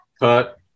Cut